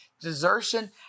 desertion